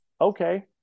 okay